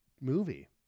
movie